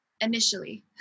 initially